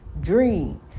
dream